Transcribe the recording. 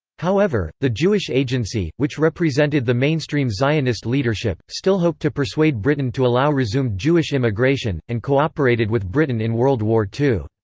however, the jewish agency, which represented the mainstream zionist leadership, still hoped to persuade britain to allow resumed jewish immigration, and cooperated with britain in world war ii.